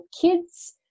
kids